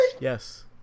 Yes